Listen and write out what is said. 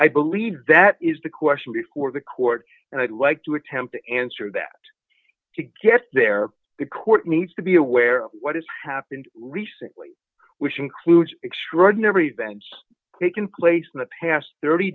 i believe that is the question before the court and i'd like to attempt to answer that to get there the court needs to be aware of what has happened recently which includes extraordinary events taking place in the past thirty